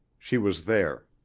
she was there.